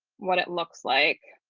what it looks like.